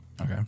Okay